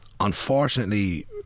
unfortunately